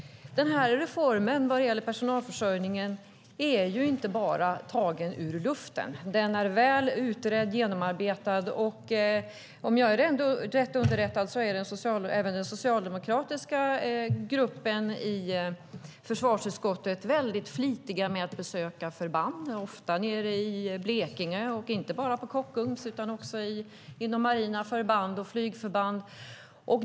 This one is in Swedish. Denna reform som gäller personalförsörjningen är inte bara tagen ur luften. Den är väl utredd och genomarbetad. Om jag är rätt underrättad är även den socialdemokratiska gruppen i försvarsutskottet mycket flitig med att besöka förband, ofta nere i Blekinge och inte bara på Kockums utan också inom marina förband och flygförband.